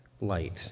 light